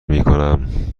میکنم